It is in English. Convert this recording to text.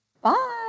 Bye